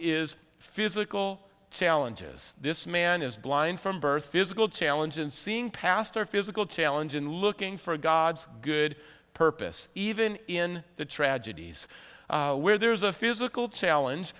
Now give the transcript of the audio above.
is physical challenges this man is blind from birth physical challenge and seeing past our physical challenge and looking for god's good purpose even in the tragedies where there is a physical challenge